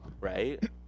right